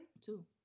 two